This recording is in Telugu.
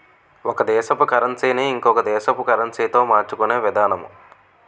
ఒక దేశపు కరన్సీ ని ఇంకొక దేశపు కరెన్సీతో మార్చుకునే విధానము